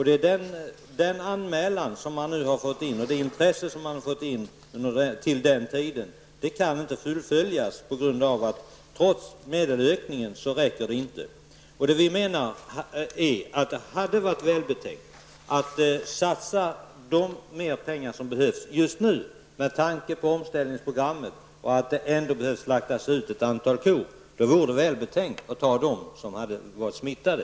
Det intresse som har framförts under den tiden kan inte fullföljas eftersom pengarna inte räcker trots medelökningen. Vi menar att det hade varit välbetänkt att satsa de ytterligare pengar som behövs just nu, med tanke på omställningsprogrammet och att det ändå behöver slaktas ut ett antal kor, på att ta dem som är smittade.